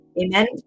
Amen